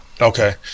Okay